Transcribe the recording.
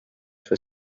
for